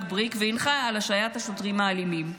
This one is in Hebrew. בריק והנחה אותו להשעות השוטרים האלימים.